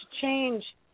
change